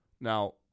Now